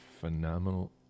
phenomenal